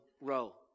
row